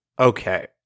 Okay